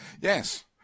Yes